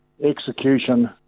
Execution